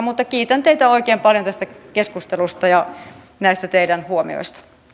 mutta kiitän teitä oikein paljon tästä keskustelusta ja näistä teidän huomioistanne